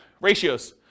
ratios